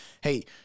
Hey